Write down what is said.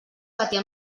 patir